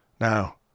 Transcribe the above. Now